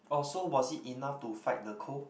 uh so was it enough to fight the cold